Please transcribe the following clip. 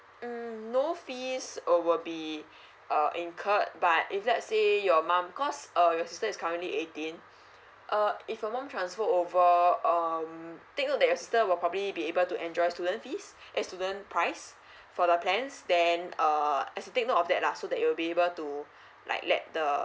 mm no fees err will be err incurred but if let's say your mum because err your sister is currently eighteen uh if your mum transfer over um take note that your sister will probably be able to enjoy student fees eh student price for the plans then err as to take note of that lah so that you'll be able to like let the